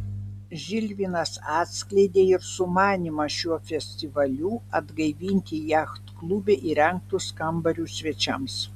žilvinas atskleidė ir sumanymą šiuo festivaliu atgaivinti jachtklube įrengtus kambarius svečiams